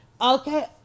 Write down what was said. okay